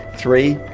three,